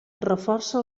reforça